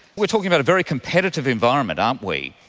we are talking about a very competitive environment, aren't we.